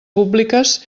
públiques